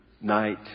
night